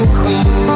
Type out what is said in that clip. queen